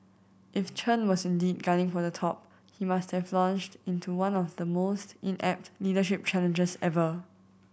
if Chen was indeed gunning for the top he must have launched into one of the most inept leadership challenges ever